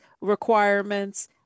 requirements